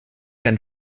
einen